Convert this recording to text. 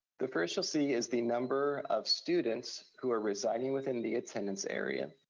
the first you'll see is the number of students who are residing within the attendance area.